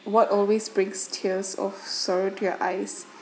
what always brings tears of sorrow to your eyes